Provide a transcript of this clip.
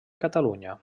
catalunya